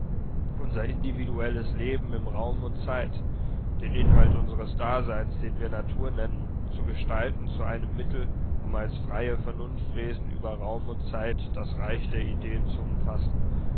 unser individuelles leben in raum und zeit den inhalt unsres daseins den wir natur nennen zu gestalten zu einem mittel um als freie vernunftwesen über raum und zeit das reich der ideen zu umfassen